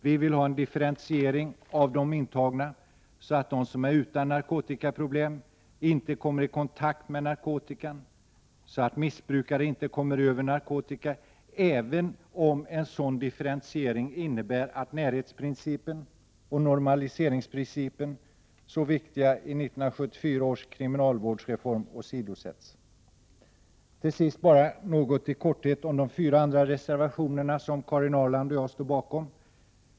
Vi vill ha en differentiering av de intagna, så att de som är utan narkotikaproblem inte kommer i kontakt med narkotikan och så att missbrukare inte kommer över narkotika, även om en sådan differentiering innebär att närhetsprincipen och normaliseringsprincipen — så viktiga i 1974 års kriminalvårdsreform — åsidosätts. Till sist något i korthet om de fyra andra reservationer som Karin Ahrland och jag står bakom.